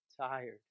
tired